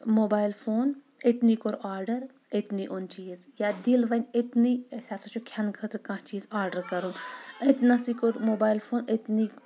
mobile phone أتۍنٕے کوٚر order أتۍنٕے اوٚن چیٖز یا دِل ونہِ أتۍنٕے اسہِ ہسا چھُ کھٮ۪نہٕ خٲطرٕ کانٛہہ چیٖز آرڈر کرُن أتنٕے کوٚڑ موبایل فون أتۍنٕے